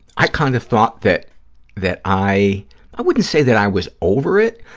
i kind of thought that that i, i wouldn't say that i was over it,